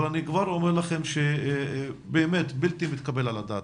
אבל אני כבר אומר לכם שהמצב הזה באמת בלתי מתקבל על הדעת.